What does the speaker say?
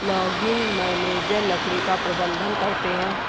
logging manager लकड़ी का प्रबंधन करते है